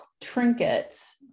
trinkets